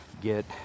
get